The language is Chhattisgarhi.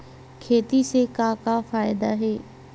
खेती से का का फ़ायदा हे?